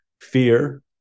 Fear